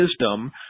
wisdom